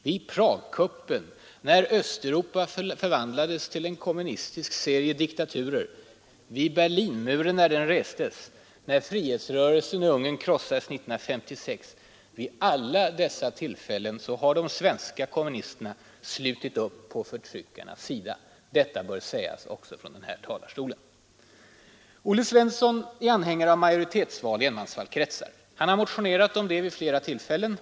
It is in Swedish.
Vid Pragkuppen, när Östeuropa förvandlades till en serie kommunistiska diktaturer, när Berlinmuren restes, när frihetsrörelsen i Ungern krossades 1956 osv. vid alla dessa tillfällen har de svenska kommunisterna slutit upp på förtryckarnas sida. Detta bör sägas även från denna talarstol. Olle Svensson är anhängare av majoritetsval i enmansvalkretsar. Han har motionerat om det vid flera tillfällen.